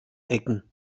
ecken